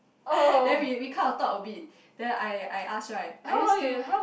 then we we kind of talk a bit then I I ask right are you still